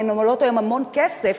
כי הן עולות היום המון כסף,